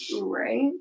Right